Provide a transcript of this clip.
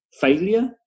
failure